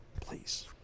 Please